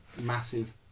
massive